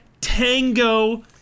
Tango